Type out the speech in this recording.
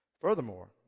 Furthermore